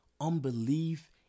unbelief